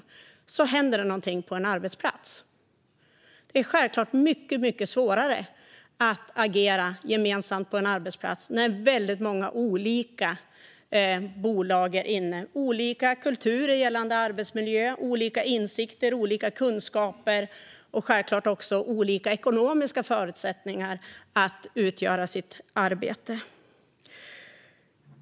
Om det då händer något på en arbetsplats är det självklart mycket svårare att agera gemensamt när väldigt många olika bolag finns där. De olika bolagen kan ha olika kulturer vad gäller arbetsmiljö. De kan ha olika insikter och kunskaper liksom självfallet även olika ekonomiska förutsättningar för att utföra sitt arbete.